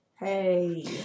Hey